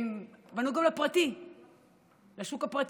הם פנו גם לשוק הפרטי,